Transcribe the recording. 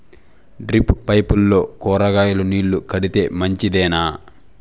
Drip పైపుల్లో కూరగాయలు నీళ్లు కడితే మంచిదేనా?